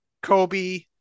Kobe